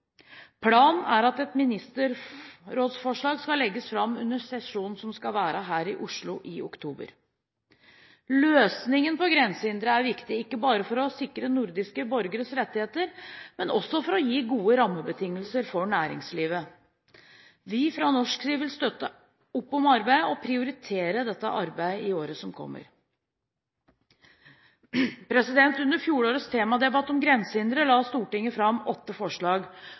Planen er at et ministerrådsforslag skal legges fram under sesjonen som skal være her i Oslo i oktober. Løsningen på grensehindre er viktig ikke bare for å sikre nordiske borgeres rettigheter, men også for å gi gode rammebetingelser for næringslivet. Fra norsk side vil vi støtte opp om og prioritere dette arbeidet i året som kommer. Under fjorårets temadebatt om grensehindre la Stortinget fram åtte forslag